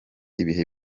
ibihe